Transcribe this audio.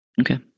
Okay